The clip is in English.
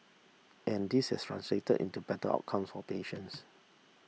and this has translated into better outcomes for patients